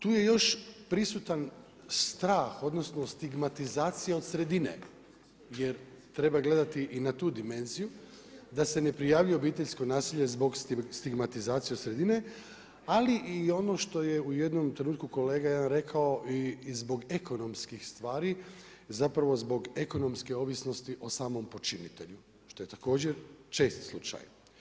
Tu je još prisutan strah, odnosno stigmatizacija od sredine jer treba gledati i na tu dimenziju da se ne prijavljuje obiteljsko nasilje zbog stigmatizacije od sredine ali i ono što je u jednom trenutku kolega jedan rekao i zbog ekonomskih stvari, zapravo zbog ekonomske ovisnosti o samom počinitelju, što je također čest slučaj.